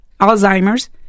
Alzheimer's